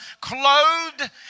clothed